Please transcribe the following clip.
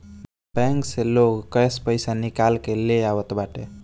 bank से लोग cash पईसा निकाल के ले आवत बाटे